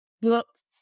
books